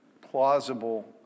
plausible